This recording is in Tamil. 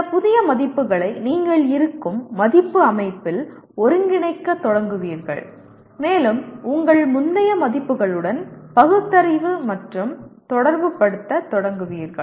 இந்த புதிய மதிப்புகளை நீங்கள் இருக்கும் மதிப்பு அமைப்பில் ஒருங்கிணைக்கத் தொடங்குவீர்கள் மேலும் உங்கள் முந்தைய மதிப்புகளுடன் பகுத்தறிவு மற்றும் தொடர்புபடுத்தத் தொடங்குவீர்கள்